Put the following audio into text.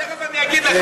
תכף אני אגיד לך,